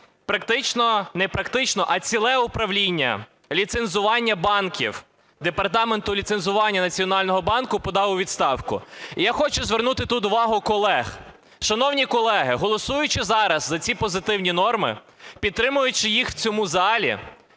практично, не практично, а ціле управління ліцензування банків департаменту ліцензування Національного банку подали у відставку. І я хочу звернути тут увагу колег. Шановні колеги, голосуючи зараз за ці позитивні норми, підтримуючи їх в цьому залі,